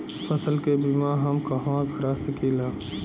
फसल के बिमा हम कहवा करा सकीला?